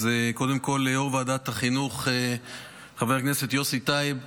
אז קודם כול ליו"ר ועדת החינוך חבר הכנסת יוסי טייב.